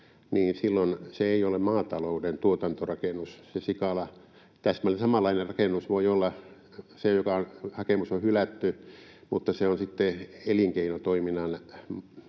niin silloin ei ole maatalouden tuotantorakennus se sikala. Täsmälleen samanlainen rakennus voi olla se, jonka hakemus on hylätty, mutta se on sitten elinkeinotoiminnan